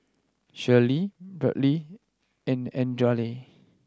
Shirlie Brynlee and Adriane